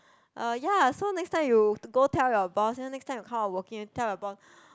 um ya so next time you go tell your boss then next time you come out working you tell your boss